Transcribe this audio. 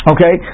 Okay